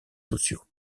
sociaux